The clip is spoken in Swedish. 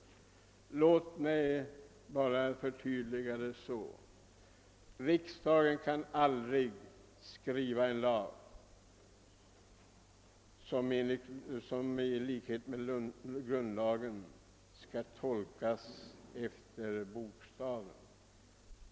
Låt mig bara göra ett förtydligande. Riksdagen kan aldrig skriva en lag som i likhet med grundlagen skall tolkas efter bokstaven.